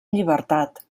llibertat